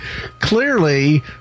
clearly